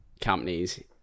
companies